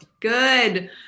good